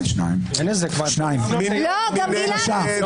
מי נגד?